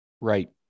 Right